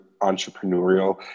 entrepreneurial